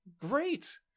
Great